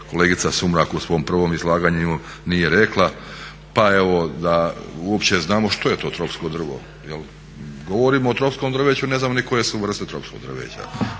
kolegica Sumrak u svom prvom izlaganju nije rekla, pa evo da uopće znamo što je to tropsko drvo. Govorimo o tropskom drveću, ne znamo ni koje su vrste tropskog drveća